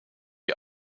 die